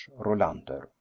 Rolander